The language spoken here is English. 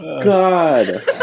God